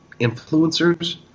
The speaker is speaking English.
influencers